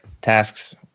tasks